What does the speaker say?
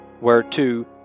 whereto